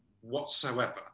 whatsoever